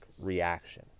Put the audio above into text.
reaction